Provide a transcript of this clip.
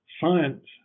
science